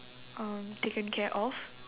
um taken care of